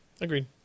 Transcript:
Agreed